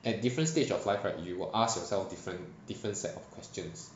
at different stage of life right you will ask yourself different different set of questions